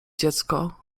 dziecko